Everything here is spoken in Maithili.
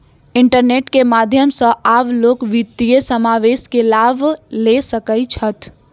इंटरनेट के माध्यम सॅ आब लोक वित्तीय समावेश के लाभ लअ सकै छैथ